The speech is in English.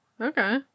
okay